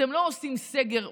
אתם לא עושים סגר מוחלט,